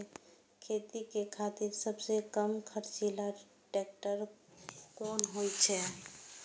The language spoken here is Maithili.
खेती के खातिर सबसे कम खर्चीला ट्रेक्टर कोन होई छै?